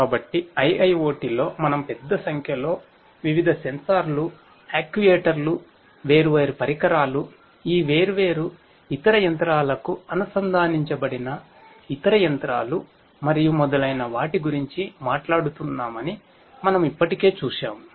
కాబట్టి IIoT లో మనం పెద్ద సంఖ్యలో వివిధ సెన్సార్లు యాక్యుయేటర్లు వేర్వేరు పరికరాలు ఈ వేర్వేరు ఇతర యంత్రాలకు అనుసంధానించబడిన ఇతర యంత్రాలు మరియు మొదలైన వాటి గురించి మాట్లాడుతున్నామని మనము ఇప్పటికే చూశాము